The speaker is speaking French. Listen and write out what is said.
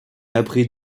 après